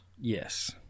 Yes